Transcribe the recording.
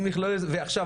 עכשיו,